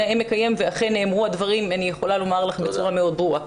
נאה מקיים ואכן נאמרו הדברים בצורה מאוד ברורה.